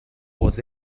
was